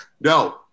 No